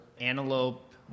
antelope